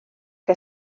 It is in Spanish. que